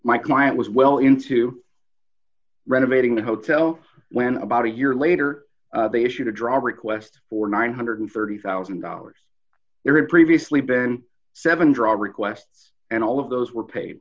my client was well into renovating the hotel when about a year later they issued a drop request for d nine hundred and thirty thousand dollars there had previously been seven drop requests and all of those were paid